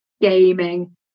gaming